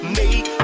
make